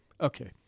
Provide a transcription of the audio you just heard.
Okay